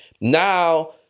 now